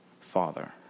father